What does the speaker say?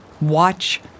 Watch